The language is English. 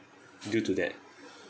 due to that